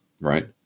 right